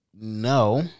No